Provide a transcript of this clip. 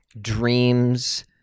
dreams